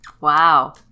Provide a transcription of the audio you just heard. Wow